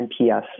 NPS